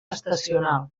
estacional